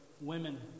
women